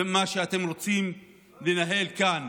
זה מה שאתם רוצים לנהל כאן